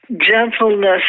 gentleness